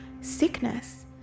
sickness